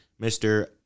Mr